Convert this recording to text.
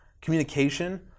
communication